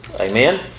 Amen